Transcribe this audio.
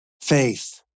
Faith